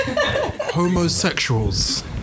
homosexuals